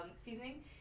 Seasoning